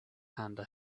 handy